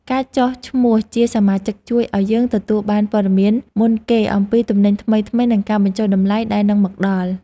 ការចុះឈ្មោះជាសមាជិកជួយឱ្យយើងទទួលបានព័ត៌មានមុនគេអំពីទំនិញថ្មីៗនិងការបញ្ចុះតម្លៃដែលនឹងមកដល់។